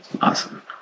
Awesome